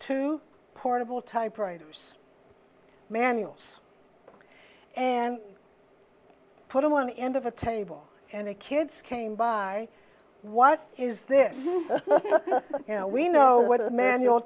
two portable typewriters manuals and put on one end of a table and the kids came by what is this we know what a manual